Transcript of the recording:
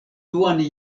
duan